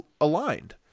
aligned